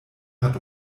hat